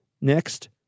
Next